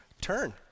Turn